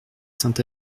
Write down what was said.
saint